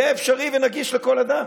יהיה אפשרי ונגיש לכל אדם.